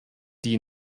die